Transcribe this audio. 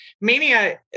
mania